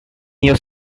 your